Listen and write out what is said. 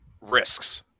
risks